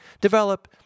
develop